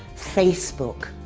facebook!